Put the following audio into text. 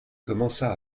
commença